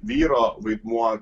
vyro vaidmuo